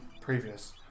previous